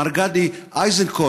מר גדי אייזנקוט,